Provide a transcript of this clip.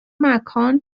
مکان